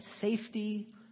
safety